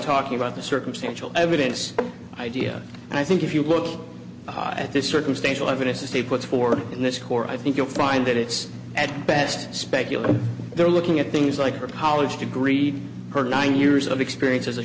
talking about the circumstantial evidence idea and i think if you look at this circumstantial evidence to stay put forward in this corps i think you'll find that it's at best speculative they're looking at things like a college degree or nine years of experience as a